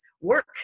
work